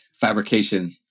fabrication